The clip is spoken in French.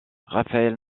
rafael